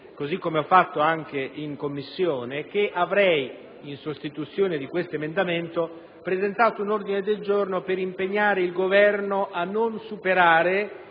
ieri, come ho fatto anche in Commissione, che in sostituzione di questo emendamento avrei presentato un ordine del giorno per impegnare il Governo a non superare